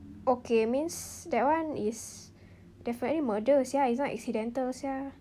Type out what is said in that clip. okay means that one is definitely murder sia it's not accidental [sial]